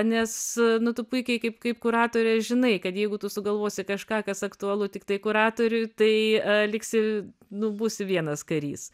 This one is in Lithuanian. nes nu tu puikiai kaip kaip kuratorė žinai kad jeigu tu sugalvosi kažką kas aktualu tiktai kuratoriui tai liksi nu būsi vienas karys